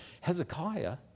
Hezekiah